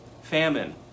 famine